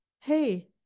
hey